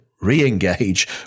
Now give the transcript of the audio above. re-engage